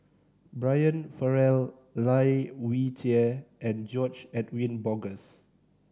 Brian Farrell Lai Weijie and George Edwin Bogaars